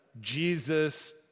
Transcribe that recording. Jesus